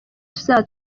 tuzaba